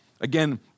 Again